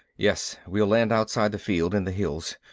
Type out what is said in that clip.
yes. we'll land outside the field, in the hills.